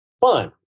fun